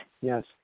Yes